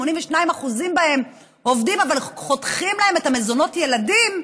82% מהן עובדות אבל חותכים להן את מזונות הילדים,